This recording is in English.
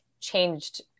changed